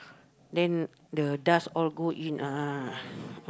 then the dust all go in ah